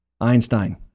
Einstein